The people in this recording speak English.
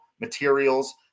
materials